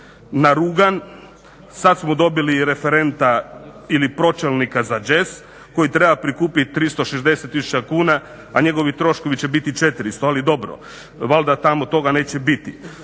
narugam. Sad smo dobili referenta ili pročelnika za jazz koji treba prikupiti 360 tisuća kuna, a njegovi troškovi će biti 400. Ali dobro, valjda tamo toga neće biti.